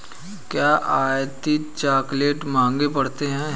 क्या आयातित चॉकलेट महंगे पड़ते हैं?